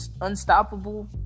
unstoppable